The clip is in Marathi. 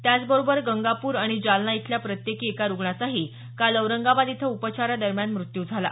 त्याचबरोबर गंगापूर आणि जालना इथल्या प्रत्येकी एका रुग्णाचाही काल औरंगाबाद इथं उपचारादरम्यान मृत्यू झाला